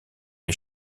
les